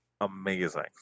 Amazing